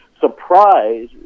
surprise